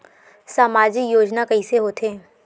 सामजिक योजना कइसे होथे?